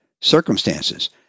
circumstances